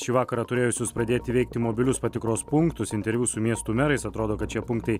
šį vakarą turėjusius pradėti veikti mobilius patikros punktus interviu su miestų merais atrodo kad šie punktai